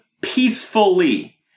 peacefully